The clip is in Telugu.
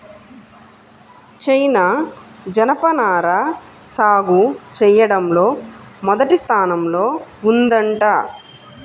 చైనా జనపనార సాగు చెయ్యడంలో మొదటి స్థానంలో ఉందంట